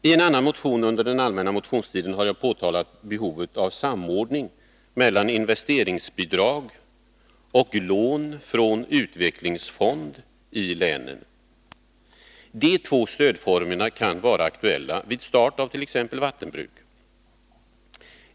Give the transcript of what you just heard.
I en annan motion som väckts under den allmänna motionstiden har jag pekat på behovet av samordning mellan investeringsbidrag och lån från utvecklingsfonden i olika län. De två stödformerna kan vara aktuella vid start av t.ex. vattenbruk.